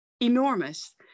enormous